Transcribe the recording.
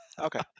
Okay